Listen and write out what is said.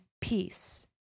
peace